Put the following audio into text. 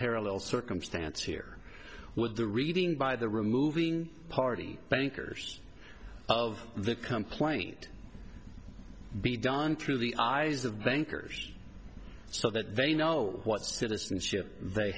parallel circumstance here with the reading by the removing party bankers of the complaint be done through the eyes of bankers so that they know what citizenship they